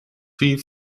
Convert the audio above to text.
wie